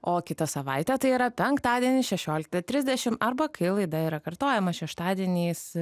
o kitą savaitę tai yra penktadienį šešioliktą trisdešim arba kai laida yra kartojama šeštadieniais